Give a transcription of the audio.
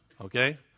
Okay